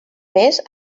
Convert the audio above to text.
mes